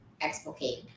explicate